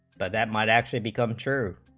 but that might actually become true